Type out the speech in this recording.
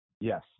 Yes